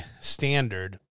standard